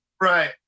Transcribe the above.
Right